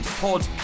pod